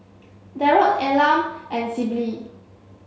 Darold Elam and Sibyl